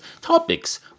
topics